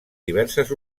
diverses